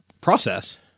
process